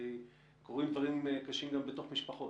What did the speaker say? הרי קורים דברים קשים גם בתוך משפחות,